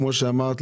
כמו שאמרת,